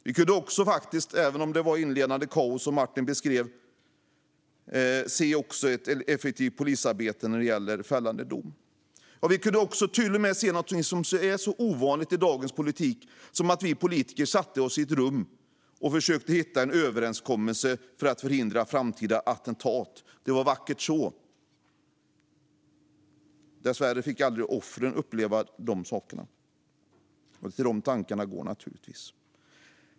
Även om det inledningsvis rådde kaos, som Martin beskrev, kunde vi faktiskt också se ett effektivt polisarbete när det gäller en fällande dom. Vi kunde till och med se någonting så ovanligt i dagens politik som att politiker satte sig i ett rum och försökte att hitta en överenskommelse för att förhindra framtida attentat. Det var vackert så. Dessvärre fick aldrig offren uppleva dessa saker, och det är naturligtvis till dem som tankarna går.